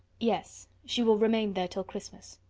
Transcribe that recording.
yes, she will remain there till christmas.